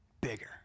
bigger